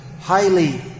highly